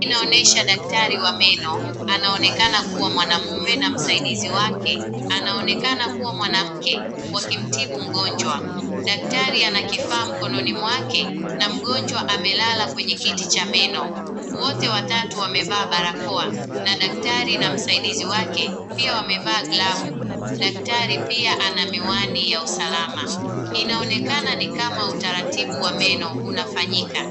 Inaonyesha daktari wa meno, anaonekana kuwa mwanaume na msaidizi wake anaonekana kuwa mwanamke wakimtibu mgonjwa. Daktari ana kifaa mkononi mwake, na mgonjwa amelala kwenye kiti cha meno. Wote watatu wamevaa barakoa, na daktari na msaidizi wake pia wamevaa glavu. Daktari pia ana miwani ya usalama, inaonekana ni kama utaratibu wa meno unafanyika.